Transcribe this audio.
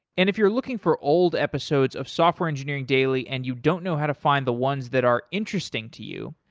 and if you're looking for old episodes of software engineering daily and you don't know how to find the ones that are interesting to you,